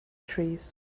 trees